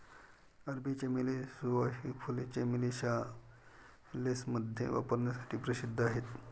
अरबी चमेली, सुवासिक फुले, चमेली चहा, लेसमध्ये वापरण्यासाठी प्रसिद्ध आहेत